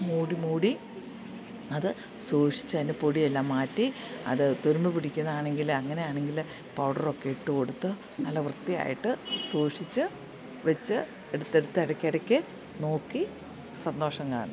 മൂടി മൂടി അത് സൂക്ഷിച്ചതിൻ്റെ പൊടിയെല്ലാം മാറ്റി അതു തുരുമ്പ് പിടിക്കുന്നതാണെങ്കിൽ അങ്ങനെയാണെങ്കിൽ പൗഡറൊക്കെ ഇട്ടു കൊടുത്ത് നല്ല വൃത്തിയായിട്ട് സൂക്ഷിച്ചു വെച്ച് എടുത്തെടുത്തെടുത്തിടക്കിടക്ക് നോക്കി സന്തോഷം കാണും